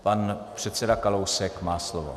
Pan předseda Kalousek má slovo.